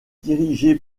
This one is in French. dirigé